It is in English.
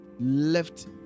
left